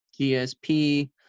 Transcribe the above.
GSP